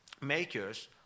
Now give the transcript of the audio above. makers